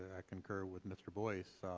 concur with mr. boyce.